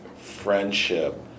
friendship